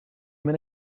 men